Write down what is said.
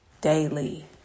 daily